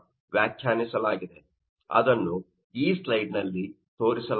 ಅದನ್ನು ಈ ಸ್ಲೈಡ್ ನಲ್ಲಿ ತೋರಿಸಲಾಗಿದೆ